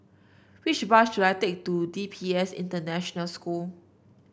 which bus should I take to D P S International School